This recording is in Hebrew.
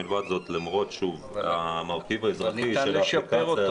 מלבד זאת למרות שהמרכיב האזרחי -- ניתן לשפר אותו.